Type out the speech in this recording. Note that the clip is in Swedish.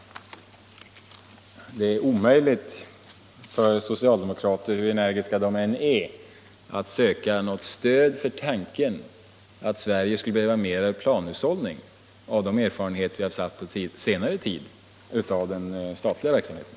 Det är omöjligt för socialdemokrater, hur energiska de än är, att i senare tids erfarenheter av den statliga verksamheten söka något stöd för tanken att Sverige skulle behöva mer av planhushållning.